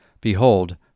Behold